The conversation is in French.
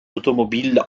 automobiles